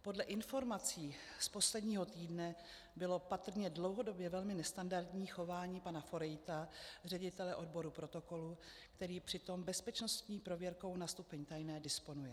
Podle informací z posledního týdne bylo patrně dlouhodobě velmi nestandardní chování pana Forejta, ředitele odboru protokolu, který přitom bezpečnostní prověrkou na stupni tajné disponuje.